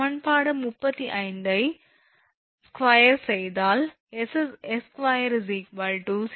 சமன்பாடு 35 ஐ ஸ்கொயர் செய்தால் 𝑠2𝑐2sinh2𝑥𝑐